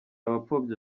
abapfobya